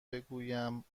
بگویم